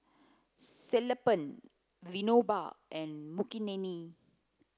Sellapan Vinoba and Makineni